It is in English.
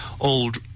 old